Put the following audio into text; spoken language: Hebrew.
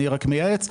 אני רק מייעץ,